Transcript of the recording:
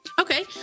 Okay